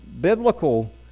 biblical